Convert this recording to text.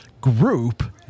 group